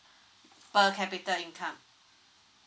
per capita income